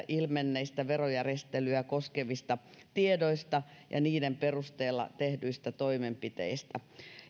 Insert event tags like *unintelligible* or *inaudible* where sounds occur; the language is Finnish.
*unintelligible* ilmenneistä verojärjestelyä koskevista tiedoista ja niiden perusteella tehdyistä toimenpiteistä